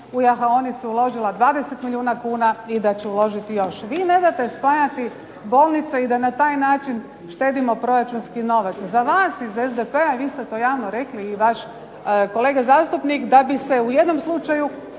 u jahaonice uložila 20 milijuna kuna i da će uložiti još. Vi ne date spajati bolnice i da na taj način štedimo proračunski novac. Za vas iz SDP-a, vi ste to javno rekli i vaš kolega zastupnik da bi se u jednom slučaju